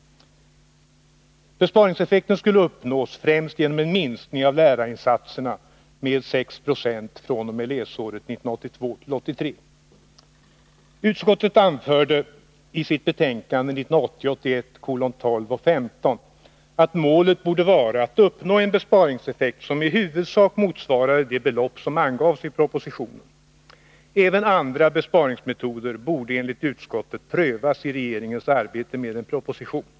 Besparingseffekten skulle uppnås främst genom en minskning av lärarinsatserna med 6 96 fr.o.m. läsåret 1982 81:12 och 15 att målet borde vara att uppnå en besparingseffekt som i huvudsak motsvarade det belopp som angavs i propositionen. Även andra besparingsmetoder borde enligt utskottet prövas i regeringens arbete med en proposition.